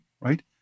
right